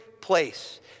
place